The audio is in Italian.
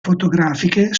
fotografiche